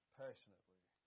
passionately